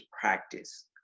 practice